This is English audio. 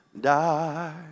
die